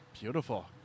Beautiful